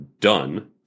done